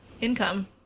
income